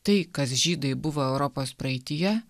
tai kas žydai buvo europos praeityje